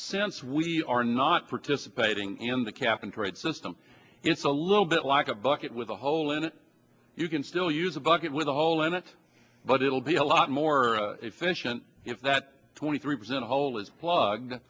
since we are not participating in the cap and trade system it's a little bit like a bucket with a hole in it you can still use a bucket with a hole in it but it'll be a lot more efficient if that twenty three percent hole is plug